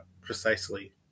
Precisely